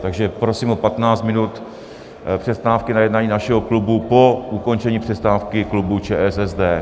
Takže prosím o 15 minut přestávky na jednání našeho klubu po ukončení přestávky klubu ČSSD.